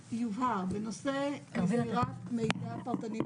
עד יום ט' בניסן התשפ"ג (31 במרס 2023),